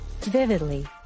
vividly